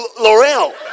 Laurel